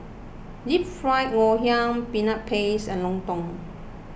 Deep Fried Ngoh Hiang Peanut Paste and Lontong